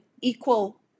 equal